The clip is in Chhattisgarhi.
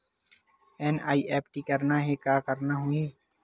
एन.ई.एफ.टी करना हे का करना होही?